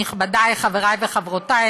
נכבדיי חבריי וחברותיי,